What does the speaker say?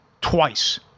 twice